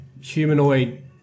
humanoid